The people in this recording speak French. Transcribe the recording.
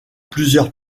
plusieurs